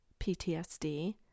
PTSD